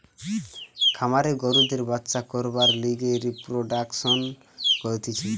খামারে গরুদের বাচ্চা করবার লিগে রিপ্রোডাক্সন করতিছে